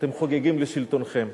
אתם חוגגים לשלטונכם.